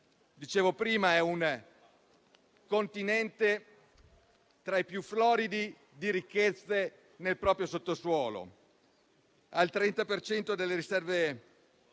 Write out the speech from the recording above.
dicevo prima, è un continente tra i più floridi di ricchezze nel proprio sottosuolo: ha il 30 per cento delle riserve